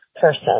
person